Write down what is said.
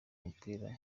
umupira